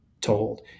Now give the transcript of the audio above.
told